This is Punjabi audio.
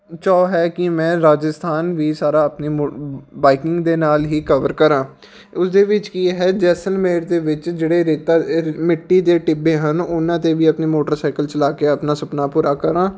ਚਾਉ ਹੈ ਕਿ ਮੈਂ ਰਾਜਸਥਾਨ ਵੀ ਸਾਰਾ ਆਪਣੀ ਮੋ ਬਾਈਕਿੰਗ ਦੇ ਨਾਲ ਹੀ ਕਵਰ ਕਰਾਂ ਉਸ ਦੇ ਵਿੱਚ ਕੀ ਹੈ ਜੈਸਲਮੇਰ ਦੇ ਵਿੱਚ ਜਿਹੜੇ ਰੇਤਾ ਇਹ ਮਿੱਟੀ ਦੇ ਟਿੱਬੇ ਹਨ ਉਹਨਾਂ 'ਤੇ ਵੀ ਆਪਣੀ ਮੋਟਰਸਾਈਕਲ ਚਲਾ ਕੇ ਆਪਣਾ ਸਪਨਾ ਪੂਰਾ ਕਰਾਂ